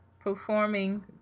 Performing